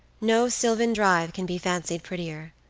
no sylvan drive can be fancied prettier.